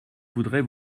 voudrais